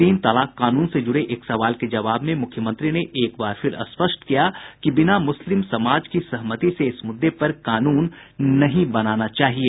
तीन तलाक कानून से जुड़े एक सवाल के जवाब में मुख्यमंत्री ने के बार फिर स्पष्ट किया कि बिना मुस्लिम समाज की सहमति के इस मुद्दे पर कानून नहीं बनाया जाना चाहिए